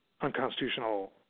unconstitutional